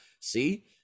see